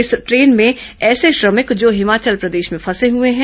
इस ट्रेन में ऐसे श्रमिक जो हिमाचल प्रदेश में फसे हुए हैं